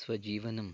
स्वजीवनम्